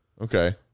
Okay